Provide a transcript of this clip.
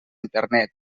internet